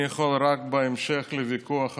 אני יכול רק, בהמשך לוויכוח הקודם,